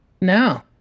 No